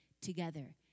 Together